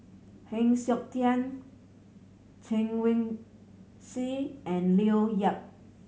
Heng Siok Tian Chen Wen Hsi and Leo Yip